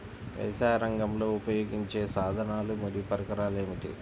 వ్యవసాయరంగంలో ఉపయోగించే సాధనాలు మరియు పరికరాలు ఏమిటీ?